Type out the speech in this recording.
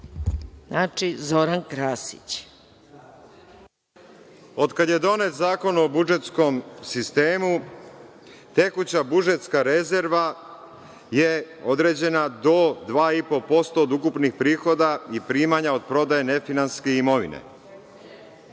**Zoran Krasić** Od kada je donet Zakon o budžetskom sistemu tekuća budžetska rezerva je određena do 2,5% od ukupnih prihoda i primanja od prodaje nefinansijske imovine.